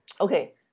Okay